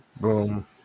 boom